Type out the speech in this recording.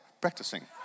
practicing